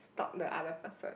stalk the other person